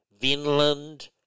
Vinland